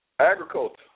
Agriculture